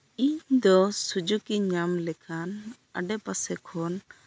ᱤᱧᱫᱚ ᱥᱩᱡᱚᱜ ᱤᱧ ᱧᱟᱢᱞᱮᱠᱷᱟᱱ ᱟᱰᱮᱯᱟᱥᱮᱠᱷᱚᱱ